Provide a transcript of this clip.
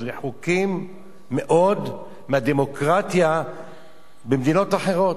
רחוקים מאוד מהדמוקרטיה במדינות אחרות.